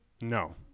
No